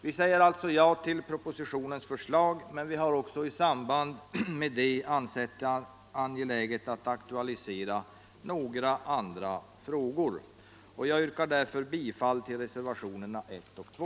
Vi säger alltså ja till propositionens förslag men har i samband därmed också ansett det angeläget att aktualisera några andra frågor. Jag yrkar därför bifall till reservationerna 1 och 2.